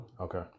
Okay